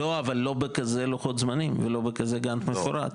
לא בכזה לוחות זמנים ולא בכזה גאנט מפורט.